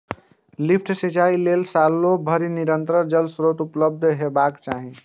lift सिंचाइ लेल सालो भरि निरंतर जल स्रोत उपलब्ध हेबाक चाही